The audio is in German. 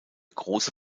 große